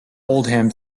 oldham